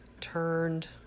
turned